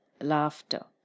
laughter